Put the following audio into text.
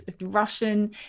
Russian